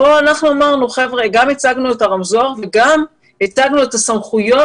בכנס הזה גם הצגנו את הרמזור וגם איתרנו את הסמכויות